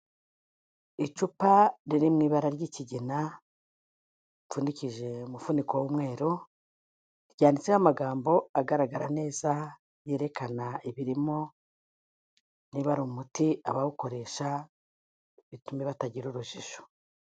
Icupa riri mu ibara ry'ikigina, ripfundikije umufuniko w'umweru, ryanditseho amagambo agaragara neza yerekana ibirimo, niba ari umuti abawukoresha, bitume batagira urujijo.